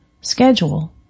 schedule